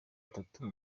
tattoo